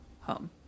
home